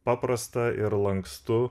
paprasta ir lankstu